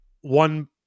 one